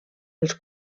els